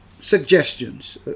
suggestions